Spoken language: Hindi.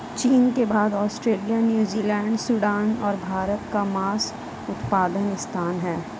चीन के बाद ऑस्ट्रेलिया, न्यूजीलैंड, सूडान और भारत का मांस उत्पादन स्थान है